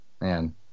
man